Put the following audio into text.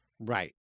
Right